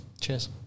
cheers